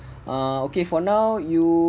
ah okay for now you